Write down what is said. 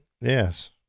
Yes